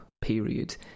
period